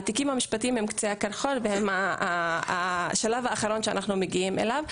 התיקים המשפטיים הם קצה הקרחון והם השלב האחרון שאנחנו מגיעים אליו.